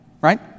right